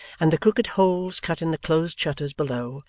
and the crooked holes cut in the closed shutters below,